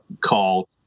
call